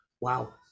Wow